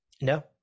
No